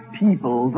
people